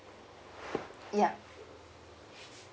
ya